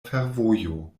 fervojo